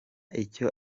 icyo